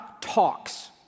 talks